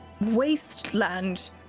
wasteland